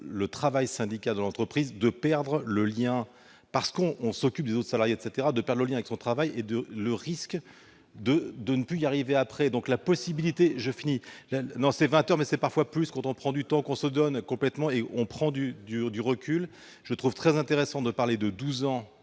le travail syndical dans l'entreprise, de perdre le lien, parce qu'on on s'occupe des autres salariés, etc, de le lien avec son travail et de le risque de de ne plus y arriver après donc la possibilité, j'ai fini la 20 heures mais c'est parfois plus content prend du temps qu'on se donnait complètement et on prend du du du recul, je trouve très intéressant de parler de 12 ans